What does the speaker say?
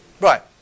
Right